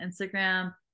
Instagram